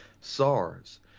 SARS